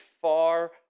far